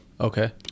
okay